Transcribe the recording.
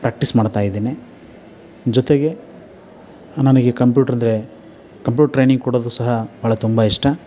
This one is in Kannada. ಪ್ರ್ಯಾಕ್ಟೀಸ್ ಮಾಡ್ತಾಯಿದ್ದೇನೆ ಜೊತೆಗೆ ನನಗೆ ಕಂಪ್ಯೂಟ್ರಂದ್ರೆ ಕಂಪ್ಯೂಟ್ರ್ ಟ್ರೈನಿಂಗ್ ಕೊಡೋದು ಸಹ ಭಾಳ ತುಂಬ ಇಷ್ಟ